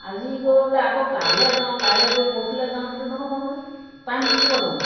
আজি গৈ পেলাই আকৌ কাইলৈ যাওঁ কাইলৈ গৈ পৰহিলে যাওঁ সেইটো নহ'ব নহয় টাইম থাকিব যাম